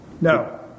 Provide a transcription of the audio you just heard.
No